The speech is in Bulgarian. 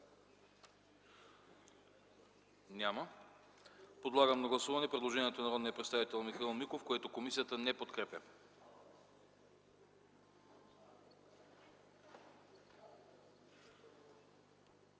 Няма. Подлагам на гласуване предложението на народния представител Михаил Миков, което комисията не подкрепя.